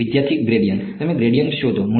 વિદ્યાર્થી ગ્રેડીયંટ તમે ગ્રેડીયંટ શોધો